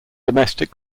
domestic